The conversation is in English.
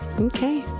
Okay